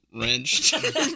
wrenched